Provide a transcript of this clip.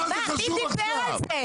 מה זה חשוב עכשיו?